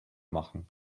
machen